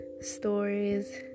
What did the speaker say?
stories